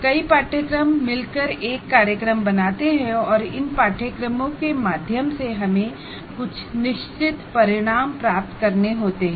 कई कोर्सेस मिलकर एक प्रोग्राम बनाते हैं और इन कोर्सेस के माध्यम से हमें कुछ निश्चित आउटकम प्राप्त करने होते हैं